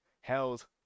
held